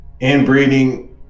inbreeding